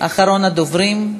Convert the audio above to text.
אחרון הדוברים.